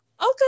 Okay